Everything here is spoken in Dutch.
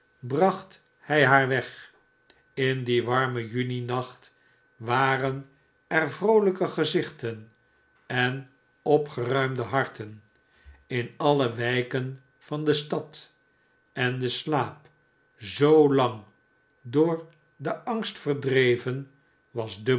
bracht hij haar weg in dien warmen juni nacht waren er vroolijke gezichten enopgeruimde harten in alle wijken van de stad en de slaap zoolang door den angst verdreven was